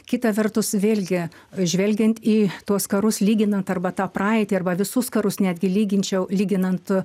kita vertus vėlgi žvelgiant į tuos karus lyginant arba tą praeitį arba visus karus netgi lyginčiau lyginant